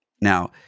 Now